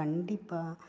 கண்டிப்பாக